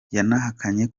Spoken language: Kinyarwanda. yahakanye